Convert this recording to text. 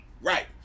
Right